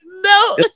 No